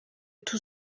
tout